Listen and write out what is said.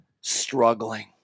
struggling